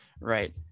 right